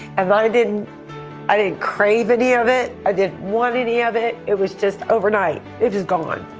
and i didn't i didn't crave any of it. i didn't want any of it. it was just overnight it was gone.